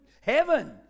heaven